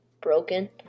broken